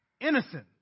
innocent